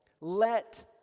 let